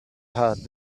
eye